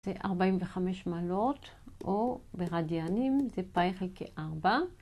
זה 45 מעלות, או ברדיאנים זה פאי חלקי 4.